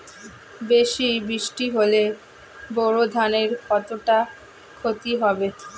বেশি বৃষ্টি হলে বোরো ধানের কতটা খতি হবে?